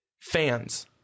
fans